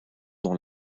dans